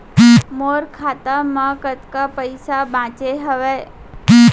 मोर खाता मा कतका पइसा बांचे हवय?